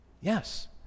Yes